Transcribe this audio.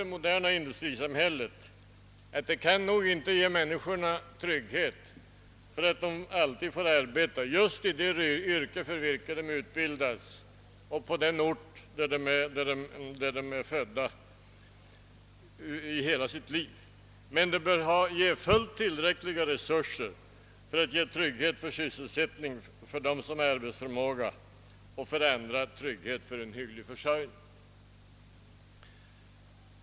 Det moderna industrisamhället kan väl inte ge människorna garantier för att de under hela sitt liv skall få arbeta just i det yrke för vilket de är utbildade och just på den ort där de är födda, men det har fullt tillräckliga resurser för att ge garantier för sysselsättning för dem som har arbetsförmåga och även för andra en hygglig försörjning.